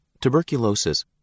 Tuberculosis